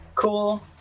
cool